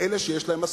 לאלה שיש להם מסכה.